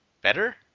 Better